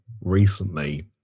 recently